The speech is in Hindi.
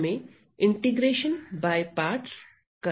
हमें इंटीग्रेशन बाय पार्टस करना है